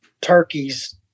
Turkey's